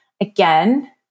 again